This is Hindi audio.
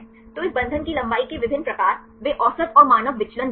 तो इस बंधन की लंबाई के विभिन्न प्रकार वे औसत और मानक विचलन देते हैं